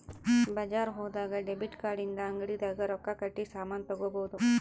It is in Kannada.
ಬಜಾರ್ ಹೋದಾಗ ಡೆಬಿಟ್ ಕಾರ್ಡ್ ಇಂದ ಅಂಗಡಿ ದಾಗ ರೊಕ್ಕ ಕಟ್ಟಿ ಸಾಮನ್ ತಗೊಬೊದು